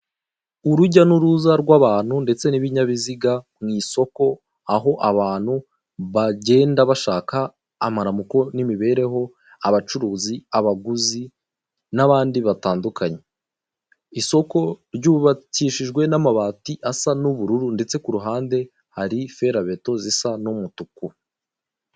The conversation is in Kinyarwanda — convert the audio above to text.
Urujya n'uruza rw'abantu ndetse n'ibinyabiziga mu isoko, aho abantu bagenda bashaka amaramuko n'imibereho, abacuruzi, abaguzi n'abandi batandukanye. Isoko ry’ubakishijwe n'amabati asa n'ubururu ndetse ku ruhande hari ferabeto zisa n'umutuku.